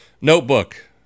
notebook